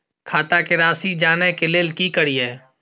खाता के राशि जानय के लेल की करिए?